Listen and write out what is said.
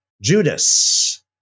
Judas